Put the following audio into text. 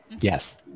Yes